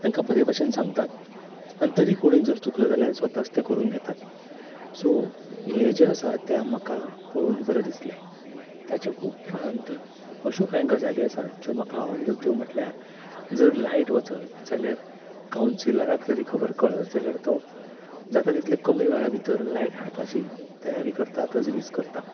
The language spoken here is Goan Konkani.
तांकां बरे बशेन सांगतात आनी तरी कोणूय जर चुकलो जाल्यार स्वताच तें कोरून घेतात सो हे जे आसा ते म्हाका पळोवन बरें दिसलें ताचे उपरांत अश्यो कांय गजाली आसात ज्यो म्हाका आवडल्यो त्यो म्हटल्यार जर लायट वचत जाल्यार कावंसिलराक जर ही खबर कळत जाल्यार तो जाता तितले कमी वेळा भितर लायट हाडपाची तयारी करता तजवीज करता